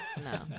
No